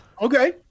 Okay